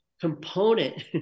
component